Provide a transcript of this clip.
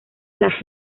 las